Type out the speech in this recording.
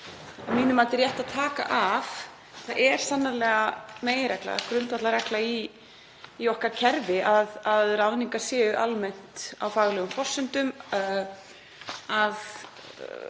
að mínu mati rétt að taka af. Það er sannarlega meginregla, grundvallarregla í okkar kerfi að ráðningar séu almennt á faglegum forsendum, að